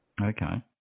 okay